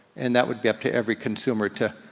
and that would be up to every consumer to,